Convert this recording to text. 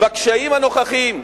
בקשיים הנוכחיים,